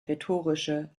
rhetorische